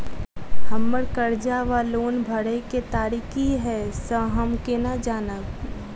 हम्मर कर्जा वा लोन भरय केँ तारीख की हय सँ हम केना जानब?